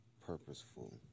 purposeful